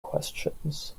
questions